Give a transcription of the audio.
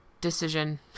decision